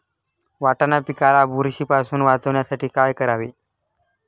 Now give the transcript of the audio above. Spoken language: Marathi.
वाटाणा पिकाला बुरशीपासून वाचवण्यासाठी काय करावे?